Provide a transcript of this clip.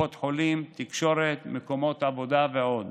בקופות חולים, בתקשורת, במקומות עבודה ועוד.